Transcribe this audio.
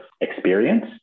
experience